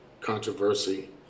controversy